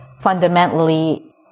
fundamentally